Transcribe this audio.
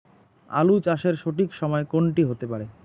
আলু চাষের সঠিক সময় কোন টি হতে পারে?